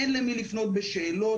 אין למי לפנות בשאלות.